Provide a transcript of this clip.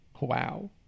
wow